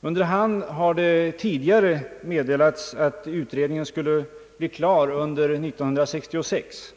Det har tidigare under hand meddelats att utredningen skulle bli färdig 1966.